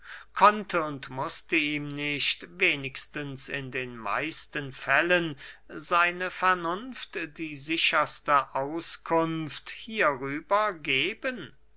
konnte und mußte ihm nicht wenigstens in den meisten fällen seine vernunft die sicherste auskunft hierüber geben